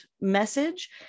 message